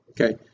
okay